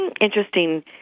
interesting